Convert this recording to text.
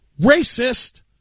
racist